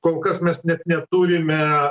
kol kas mes net neturime